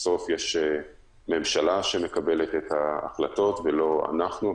בסוף יש ממשלה שמקבלת את ההחלטות ולא אנחנו.